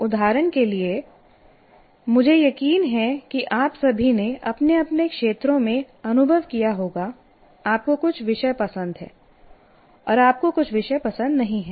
उदाहरण के लिए मुझे यकीन है कि आप सभी ने अपने अपने क्षेत्रों में अनुभव किया होगा आपको कुछ विषय पसंद हैं और आपको कुछ विषय पसंद नहीं हैं